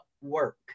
work